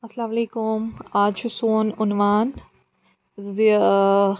اَلسَلامُ علیکُم آز چھُ سون عنوان زِ ٲں